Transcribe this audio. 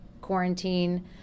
quarantine